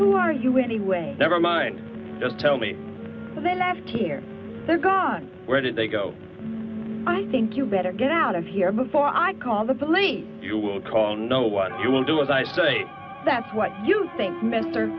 who are you anyway never mind just tell me then i have to hear their god where did they go i think you better get out of here before i'd call the police you will call know what you will do as i say that's what you think m